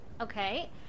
Okay